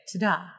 Ta-da